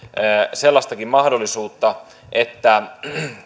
sellaistakin mahdollisuutta että